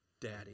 Daddy